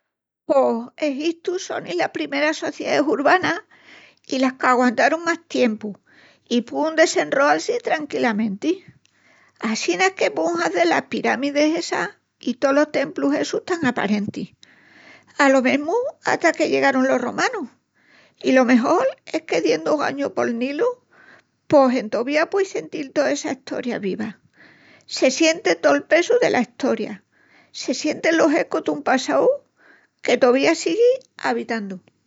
Pos Egitu sonin las primeras socieais urbanas i las qu'aguantarun más tiempu i púun desenroal-si tranquilamenti. Assina es que púun hazel las piramidis essas i tolos templus essus tan aparentis, alo menus hata que llegarun los romanus. I lo mejol es que diendu ogañu pol Nilu pos entovía pueis sentil toa essa Estoria viva, se sienti tol pesu dela Estoria. se sientin los ecus dun passau que tovía sigui abitandu.